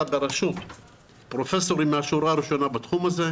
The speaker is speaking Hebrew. בראשות פרופסורים מן השורה הראשונה בתחום הזה,